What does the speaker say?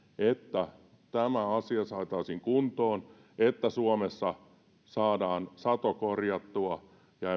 että tämä asia saataisiin kuntoon niin että suomessa saadaan sato korjattua ja